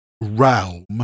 realm